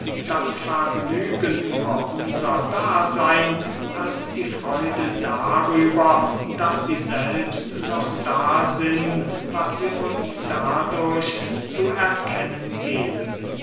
das vergnügen über unser daseyn als die freude darüber daß sie selbst noch da sind was sie uns dadurch zu erkennen geben